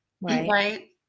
Right